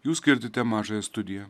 jūs girdite mažąją studiją